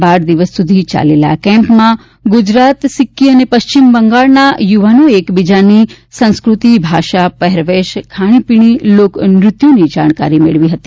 બાર દિવસ સુધી ચાલેલા આ કેમ્પમાં ગુજરાત સિક્કી અને પશ્ચિમ બંગાળના યુવાનોએ એક બીજાની સંસ્ક્રતિ ભાષા પહેરવેશ ખાણીપીણી લોક નૃત્યોની જાણકારી મેળવી હતી